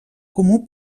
comú